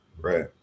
right